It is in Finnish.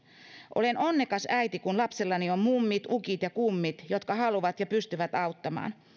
olen onnekas äiti kun lapsellani on mummit ukit ja kummit jotka haluavat ja pystyvät auttamaan